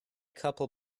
couple